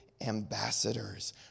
ambassadors